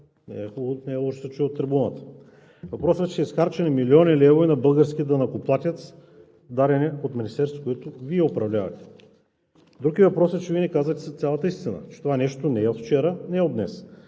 Кой е строил? Не е лошо да се чуе от трибуната. Въпросът е, че са изхарчени милиони левове на българския данъкоплатец, дадени от Министерството, което Вие управлявате. Друг е въпросът, че Вие не казвате цялата истина, че това нещо не е от вчера, не е от днес.